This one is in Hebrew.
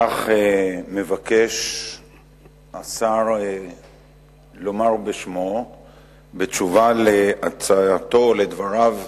כך מבקש השר לומר בשמו בתשובה לדבריו